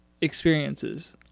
experiences